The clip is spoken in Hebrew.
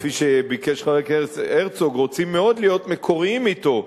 כפי שביקש חבר הכנסת הרצוג רוצים מאוד להיות מקוריים אתו,